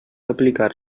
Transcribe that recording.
aplicar